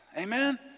Amen